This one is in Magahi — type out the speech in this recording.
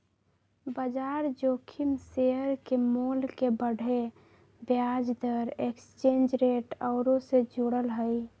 बजार जोखिम शेयर के मोल के बढ़े, ब्याज दर, एक्सचेंज रेट आउरो से जुड़ल हइ